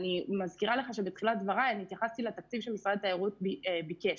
אני מזכירה לך שבתחילת דבריי התייחסתי לתקציב שמשרד התיירות ביקש.